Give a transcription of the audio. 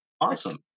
Awesome